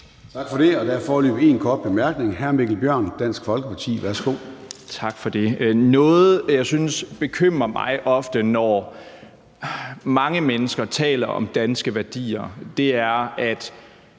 Tak for det. Der er foreløbig en kort bemærkning fra hr. Mikkel Bjørn, Dansk Folkeparti. Værsgo. Kl. 16:45 Mikkel Bjørn (DF): Tak for det. Noget, jeg synes bekymrer mig ofte, når mange mennesker taler om danske værdier, er, at